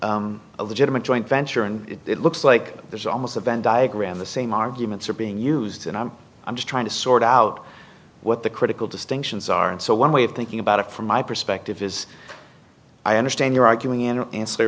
f a legitimate joint venture and it looks like there's almost a venn diagram the same arguments are being used and i'm i'm just trying to sort out what the critical distinctions are and so one way of thinking about it from my perspective is i understand you're arguing in a